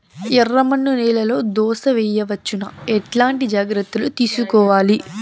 ఎర్రమన్ను నేలలో దోస వేయవచ్చునా? ఎట్లాంటి జాగ్రత్త లు తీసుకోవాలి?